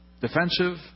defensive